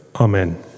Amen